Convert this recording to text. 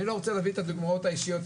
אני לא רוצה להביא את הדוגמאות האישיות.